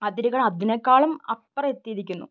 അതിരുകൾ അതിനേക്കാളും അപ്പുറം എത്തിയിരിക്കുന്നു